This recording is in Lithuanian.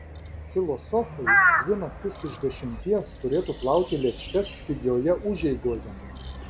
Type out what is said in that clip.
filosofai dvi naktis iš dešimties turėtų plauti lėkštes pigioje užeigoje